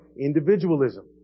individualism